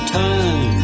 time